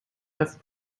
have